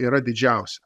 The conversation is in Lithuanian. yra didžiausia